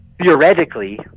theoretically